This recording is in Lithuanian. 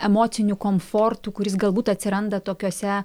emociniu komfortu kuris galbūt atsiranda tokiuose